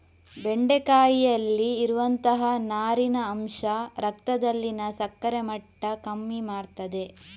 ಬೆಂಡೆಕಾಯಿಯಲ್ಲಿ ಇರುವಂತಹ ನಾರಿನ ಅಂಶ ರಕ್ತದಲ್ಲಿನ ಸಕ್ಕರೆ ಮಟ್ಟ ಕಮ್ಮಿ ಮಾಡ್ತದೆ